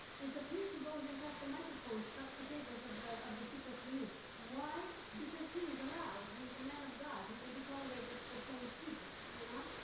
it's a priest who goes and cuts the microphones, cut the cables of the of the secret police. why? because he is allowed. he is a man of god. he can be tolerated for playing stupid, you know?